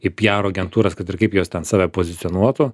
į piaro agentūras kad ir kaip jos ten save pozicionuotų